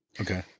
Okay